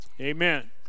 amen